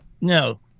no